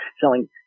selling